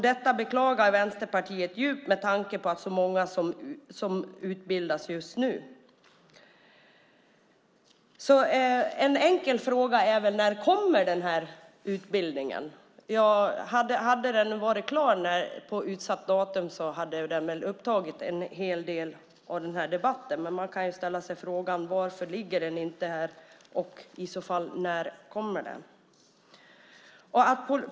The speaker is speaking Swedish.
Detta beklagar Vänsterpartiet djupt med tanke på hur många som utbildas just nu. En enkel fråga blir: När kommer den här utbildningen? Om den hade varit klar på utsatt datum hade den nog upptagit en hel del av den här debatten. Man kan ställa sig frågan: Varför ligger den inte här? När kommer den?